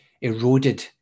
eroded